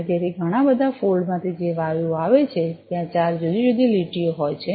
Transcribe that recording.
અને તેથી ઘણા બધા ફોલ્ડ માંથી જે વાયુઓ આવે છે ત્યાં ચાર જુદી જુદી લીટીઓ હોય છે